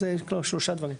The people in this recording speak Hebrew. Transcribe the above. אז זה שלושה דברים.